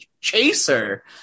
chaser